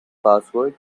password